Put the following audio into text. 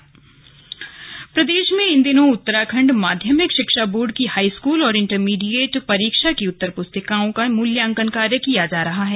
मूल्यांकन प्रदेश में इन दिनों उत्तराखंड माध्यमिक शिक्षा बोर्ड की हाईस्कूल और इंटरमीडिएट परीक्षा की उत्तर पुस्तिकाओं का मूल्यांकन कार्य किया जा रहा है